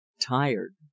tired